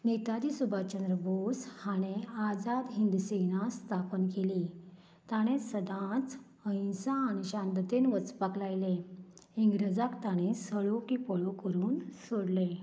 नेताजी सुभाषचंद्र बोस हांणे आजाद हिंद सेना स्थापन केली ताणें सदांच अहिंसा आनी शांततेन वचपाक लायलें इंग्रजाक ताणे सडो कि पळो करुन सोडलें